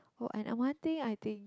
oh and uh one thing I think